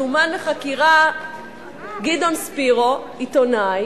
כשזומן לחקירה גדעון ספירו, עיתונאי